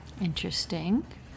Interesting